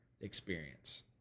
experience